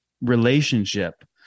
relationship